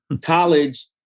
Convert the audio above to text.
college